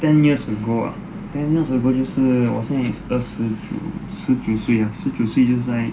ten years ago ah ten years ago 就是我现在 is 二十九十九岁啊十九岁就是在